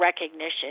recognition